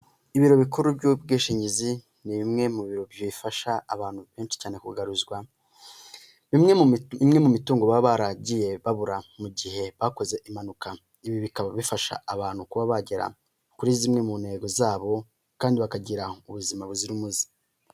Ibiro bikuru by'ubwishingizi, ni bimwe mu bifasha abantu benshi cyane kugaruza imwe mu mitungo, baba baragiye babura mu gihe bakoze impanuka, ibi bikaba bifasha abantu kuba bagera kuri zimwe mu ntego zabo kandi bakagira ubuzima buzira umuze.